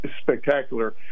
spectacular